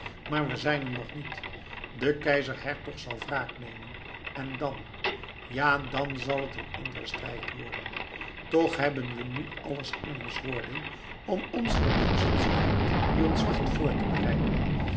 maar we zijn er nog niet de keizer hertog zal wraak nemen en dan ja dan zal het een andere strijd worden toch hebben we nu alles in ons voordeel om ons voor den worstelstrijd die ons wacht voor te bereiden